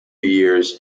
years